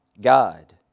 God